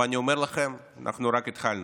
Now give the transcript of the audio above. אבל אני אומר לכם, אנחנו רק התחלנו.